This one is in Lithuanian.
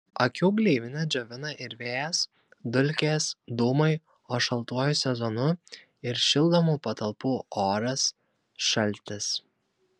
akių gleivinę džiovina ir vėjas dulkės dūmai o šaltuoju sezonu ir šildomų patalpų oras šaltis